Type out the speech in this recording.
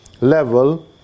level